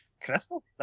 Crystal